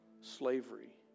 slavery